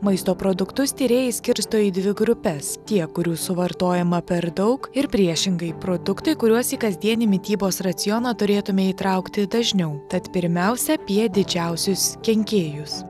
maisto produktus tyrėjai skirsto į dvi grupes tie kurių suvartojama per daug ir priešingai produktai kuriuos į kasdienį mitybos racioną turėtume įtraukti dažniau tad pirmiausia apie didžiausius kenkėjus